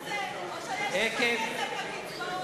בזה אתם רוצים הצבעה?